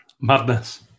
Madness